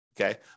Okay